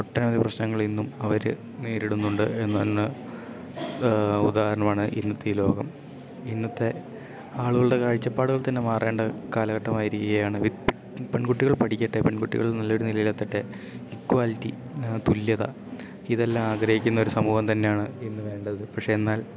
ഒട്ടനവധി പ്രശ്നങ്ങൾ ഇന്നും അവർ നേരിടുന്നുണ്ട് എന്ന് എന്ന് ഉദാഹരണമാണ് ഇന്നത്തെ ഈ ലോകം ഇന്നത്തെ ആളുകളുടെ കാഴ്ചപ്പാടുകൾ തന്നെ മാറേണ്ട കാലഘട്ടമായിരിക്കുകയാണ് പെൺകുട്ടികൾ പഠിക്കട്ടെ പെൺകുട്ടികൾ നല്ല ഒരു നിലയിലെത്തട്ടെ ഇക്വാലിറ്റി തുല്യത ഇതെല്ലാം ആഗ്രഹിക്കുന്ന ഒരു സമൂഹം തന്നെയാണ് ഇന്ന് വേണ്ടത് പക്ഷെ എന്നാൽ